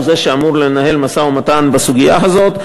הוא שאמור לנהל משא-ומתן בסוגיה הזאת,